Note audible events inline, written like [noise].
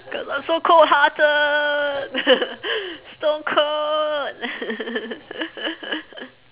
cuz I'm so cold hearted [laughs] stone cold [laughs]